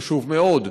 חשוב מאוד,